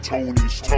Tony's